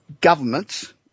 governments